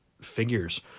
figures